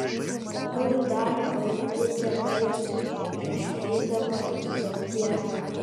o kur dar bandėte laimę prieš eidama į zodiaką